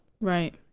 Right